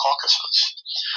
caucuses